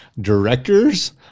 directors